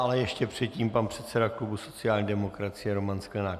Ale ještě předtím pan předseda klubu sociální demokracie Roman Sklenák.